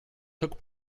took